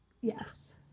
Yes